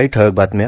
काही ठळक बातम्या